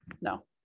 no